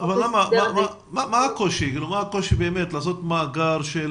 מה הקושי בהקמת מאגר של